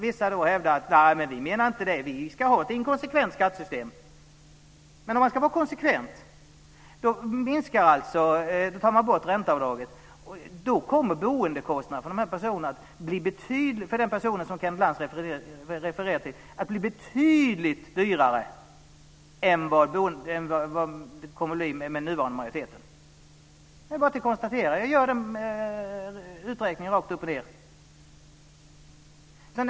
Vissa kan då hävda: Vi menade inte det. Vi ska ha ett inkonsekvent skattesystem. Men om man ska vara konsekvent tar man bort ränteavdraget, och då kommer boendekostnaden för den person som Kenneth Lantz refererar till att bli betydligt högre än vad den blir om man följer nuvarande majoritet. Det är bara att konstatera att det är så - jag gör den uträkningen rakt upp och ned.